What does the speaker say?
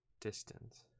Distance